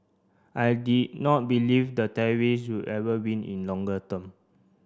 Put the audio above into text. I did not believe the terrorists will ever win in longer term